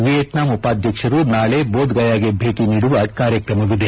Vietnam ಉಪಾಧ್ಯಕ್ಷರು ನಾಳೆ ಬೊಧ್ಗಯಾಗೆ ಭೇಟಿ ನೀಡುವ ಕಾರ್ಯಕ್ರಮವಿದೆ